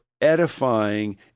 edifying